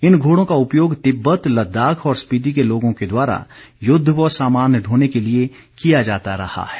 इन घोड़ों का उपयोग तिब्बत लद्दाख और स्पीति के लोगों के द्वारा युद्ध व सामान ढोने के लिए किया जाता रहा है